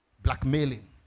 blackmailing